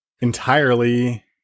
entirely